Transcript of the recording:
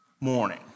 morning